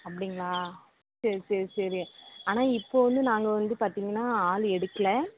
அப்படிங்களா சரி சரி சரி ஆனால் இப்போது வந்து நாங்கள் வந்து பார்த்தீங்கன்னா ஆள் எடுக்கலை